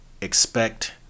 expect